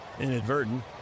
inadvertent